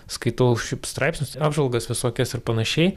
skaitau šiaip straipsnius apžvalgas visokias ir panašiai